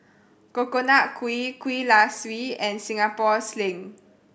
Coconut Kuih Kuih Kaswi and Singapore Sling